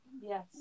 Yes